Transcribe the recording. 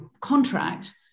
contract